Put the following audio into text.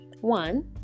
one